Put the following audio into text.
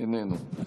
איננו.